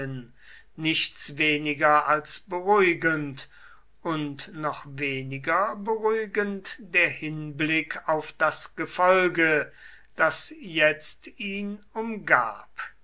nichts weniger als beruhigend und noch weniger beruhigend der hinblick auf das gefolge das jetzt ihn umgab